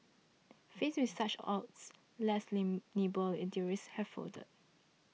faced with such odds less nimble eateries have folded